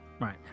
Right